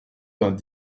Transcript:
vingt